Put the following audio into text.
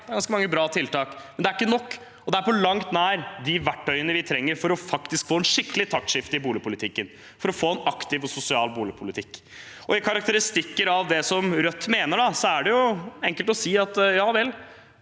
Det er ganske mange bra tiltak, men det er ikke nok, og det er på langt nær de verktøyene vi trenger for faktisk å få et skikkelig taktskifte i boligpolitikken og for å få en aktiv og sosial boligpolitikk. I karakteristikker av det Rødt mener, er det enkelt å si at det